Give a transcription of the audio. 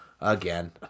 again